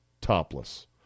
topless